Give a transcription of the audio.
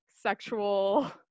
sexual